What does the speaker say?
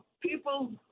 People